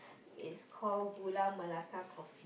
is call Gula-Melaka coffee